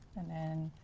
and then